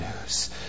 news